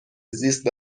زیست